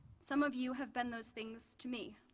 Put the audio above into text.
some of you have been those things to me.